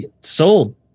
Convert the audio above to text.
sold